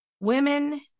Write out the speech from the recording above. women